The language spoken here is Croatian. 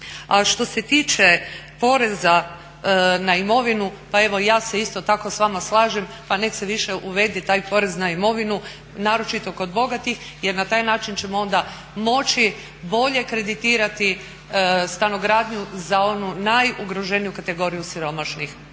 što se tiče poreza na imovinu, pa evo ja se isto tako s vama slažem, pa nek se više uvede taj porez na imovinu, naročito kod bogatih jer na taj način ćemo onda moći bolje kreditirati stanogradnju za onu najugroženiju kategoriju siromašnih.